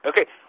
Okay